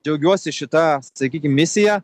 džiaugiuosi šita sakykim misija